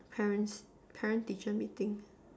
parents parent teacher meeting